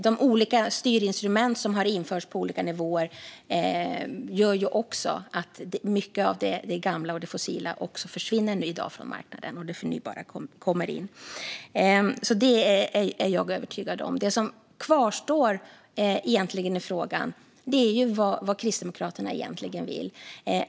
De olika styrinstrument som har införts på olika nivåer gör också att mycket av det gamla och fossila försvinner från marknaden i dag och att det förnybara kommer in. Detta är jag övertygad om. Det som kvarstår i frågan är vad Kristdemokraterna egentligen vill.